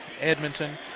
Edmonton